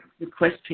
request